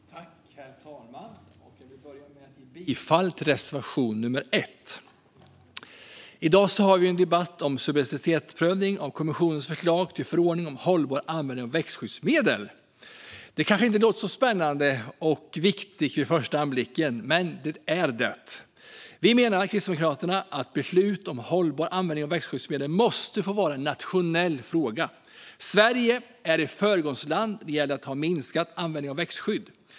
Herr talman! Jag börjar med att yrka bifall till reservation nummer 1. I dag har vi en debatt om subsidiaritetsprövningen av kommissionens förslag till förordning om en hållbar användning av växtskyddsmedel. Det kanske inte verkar så spännande och viktigt vid första anblicken, men det är det. Vi i Kristdemokraterna menar att ett beslut om en hållbar användning av växtskyddsmedel måste få vara en nationell fråga. Sverige är ett föregångsland när det gäller att ha minskat användningen av växtskydd.